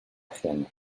ajena